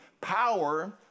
power